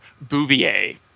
Bouvier